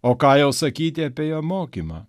o ką jau sakyti apie jo mokymą